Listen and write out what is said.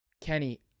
Kenny